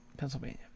Pennsylvania